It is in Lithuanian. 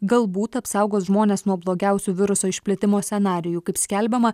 galbūt apsaugos žmones nuo blogiausių viruso išplitimo scenarijų kaip skelbiama